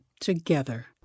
together